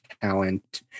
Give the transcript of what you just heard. talent